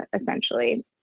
essentially